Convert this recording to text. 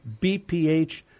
BPH